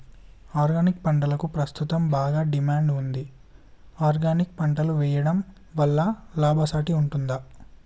Organic పంటలకు ప్రస్తుతం బాగా డిమాండ్ ఉంది ఆర్గానిక్ పంటలు వేయడం వల్ల లాభసాటి ఉంటుందా?